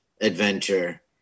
adventure